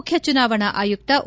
ಮುಖ್ಯ ಚುನಾವಣಾ ಆಯುಕ್ತ ಒ